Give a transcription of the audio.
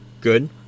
Good